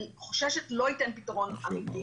אני חוששת שהוא לא ייתן פתרון אמיתי,